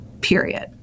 Period